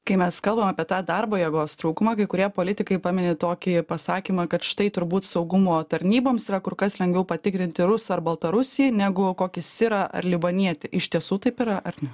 kai mes kalbam apie tą darbo jėgos trūkumą kai kurie politikai pameni tokį pasakymą kad štai turbūt saugumo tarnyboms yra kur kas lengviau patikrinti rusą ar baltarusį negu kokį sirą ar libanietį iš tiesų taip yra ar ne